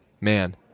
man